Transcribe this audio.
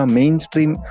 mainstream